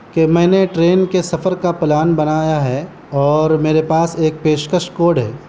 کہ میں نے ٹرین کے سفر کا پلان بنایا ہے اور میرے پاس ایک پیشکش کوڈ ہے